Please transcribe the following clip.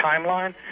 timeline